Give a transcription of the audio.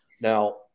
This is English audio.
Now